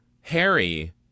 Harry